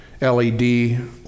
LED